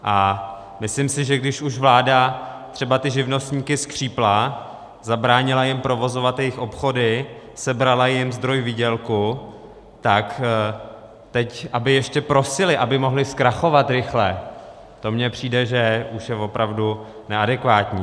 A myslím si, že když už vláda třeba ty živnostníky skřípla, zabránila jim provozovat jejich obchody, sebrala jim zdroj výdělku, tak teď aby ještě prosili, aby mohli zkrachovat rychle, to mi přijde, že už je opravdu neadekvátní.